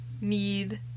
need